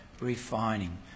refining